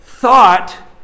thought